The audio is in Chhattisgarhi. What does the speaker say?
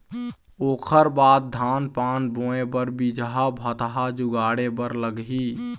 ओखर बाद धान पान बोंय बर बीजहा भतहा जुगाड़े बर लगही